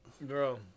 bro